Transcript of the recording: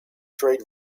trade